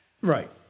Right